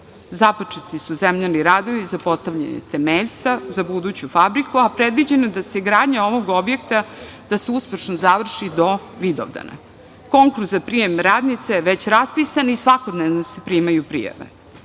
Započeti su zemljani radovi za postavljanje temeljca za buduću fabriku, a predviđeno je da se gradnja ovog objekta uspešno završi do Vidovdana. Konkurs za prijem radnica je već raspisan i svakodnevno se primaju